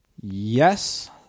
Yes